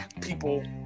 people